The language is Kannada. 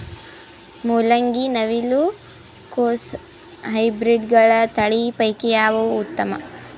ಮೊಲಂಗಿ, ನವಿಲು ಕೊಸ ಹೈಬ್ರಿಡ್ಗಳ ತಳಿ ಪೈಕಿ ಯಾವದು ಉತ್ತಮ?